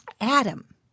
Adam